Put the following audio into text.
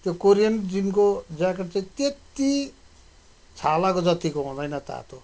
त्यो कोरियन जिनको ज्याकेट चाहिँ त्यत्ति छालाको जत्तिको हुँदैन तातो